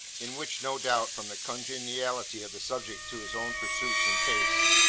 in which, no doubt from the congeniality of the subjects to his own pursuits and tastes,